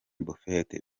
buffett